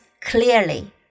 clearly